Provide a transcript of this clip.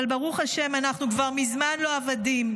אבל ברוך השם, אנחנו כבר מזמן לא עבדים.